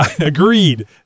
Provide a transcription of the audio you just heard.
Agreed